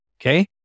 Okay